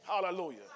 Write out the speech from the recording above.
hallelujah